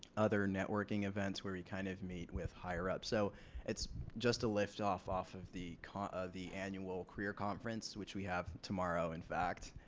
other networking events where we kind of meet with higher up so it's just a lift off off of the kind of the annual career conference which we have tomorrow in fact.